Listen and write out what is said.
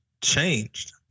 changed